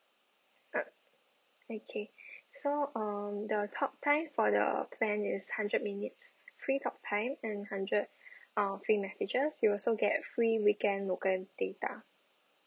uh okay so um the talk time for the plan is hundred minutes free talk time and hundred of free messages you also get free weekend local data